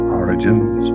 origins